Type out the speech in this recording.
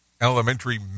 Elementary